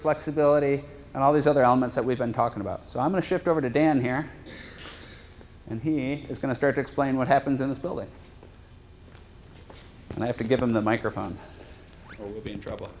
flexibility and all these other elements that we've been talking about so i'm going to shift over to dan here and he is going to start to explain what happens in this building and i have to give him the microphone will be in trouble